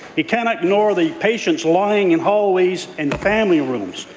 he cannot ignore the patients lying in hallways and family rooms.